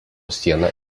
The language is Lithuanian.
siena